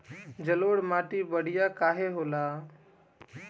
जलोड़ माटी बढ़िया काहे होला?